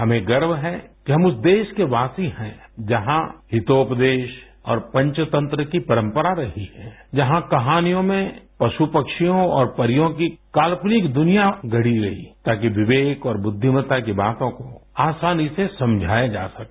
हमें गर्व है कि हम उस देश के वासी है जहाँ हितोपदेश और पंचतंत्र की परंपरा रही है जहाँ कहानियों में पशु पक्षियों और परियों की काल्यनिक दुनिया गढ़ी गयी ताकि विवेक और बुद्धिमता की बातों को आसानी से समझाया जा सके